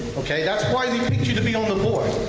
okay? that's why they picked you to be on the board.